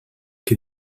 que